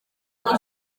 bibwe